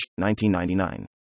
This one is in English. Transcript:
1999